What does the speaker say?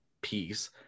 piece